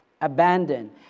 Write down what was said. Abandon